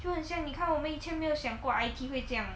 就很像你看我们以前没有想过 I_T 会这样